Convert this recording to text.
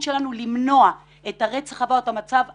שלנו למנוע את הרצח הבא או את המצב הבא,